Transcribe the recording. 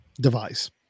device